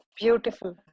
beautiful